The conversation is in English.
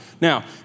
Now